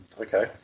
Okay